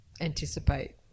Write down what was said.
anticipate